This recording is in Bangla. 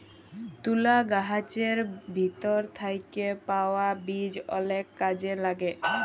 তুলা গাহাচের ভিতর থ্যাইকে পাউয়া বীজ অলেক কাজে ল্যাগে